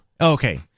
Okay